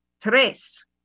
tres